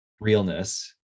realness